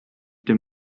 des